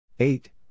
Eight